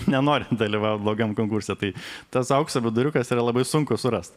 nenori dalyvauti blogam konkurse tai tas aukso viduriukas yra labai sunku surast